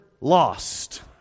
lost